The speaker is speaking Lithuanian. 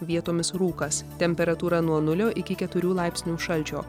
vietomis rūkas temperatūra nuo nulio iki keturių laipsnių šalčio